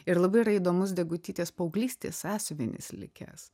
ir labai įdomus degutytės paauglystės sąsiuvinis likęs